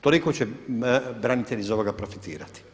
Toliko će branitelji iz ovoga profitirati.